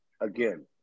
again